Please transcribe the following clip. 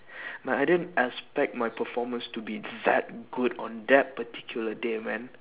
like I didn't expect my performance to be that good on that particular day man